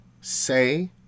say